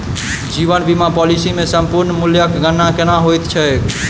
जीवन बीमा पॉलिसी मे समर्पण मूल्यक गणना केना होइत छैक?